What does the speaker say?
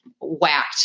whacked